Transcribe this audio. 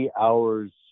hours